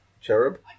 Cherub